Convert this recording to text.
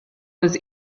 was